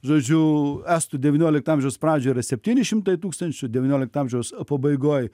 žodžiu estų devyniolikto amžiaus pradžioj yra septyni šimtai tūkstančių devyniolikto amžiaus pabaigoj